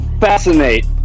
fascinate